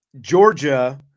Georgia